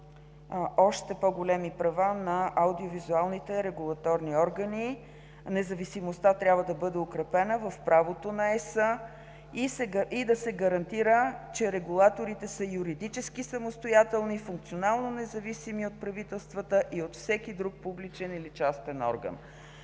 още по-големи права на аудио-визуалните регулаторни органи. Независимостта трябва да бъде укрепена в правото на Европейския съюз и да се гарантира, че регулаторите са юридически самостоятелни и функционално независими от правителствата, от всеки друг публичен или частен орган.